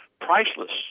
priceless